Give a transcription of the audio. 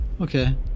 Okay